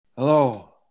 Hello